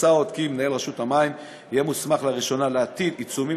מוצע עוד כי מנהל רשות המים יהיה מוסמך לראשונה להטיל עיצומים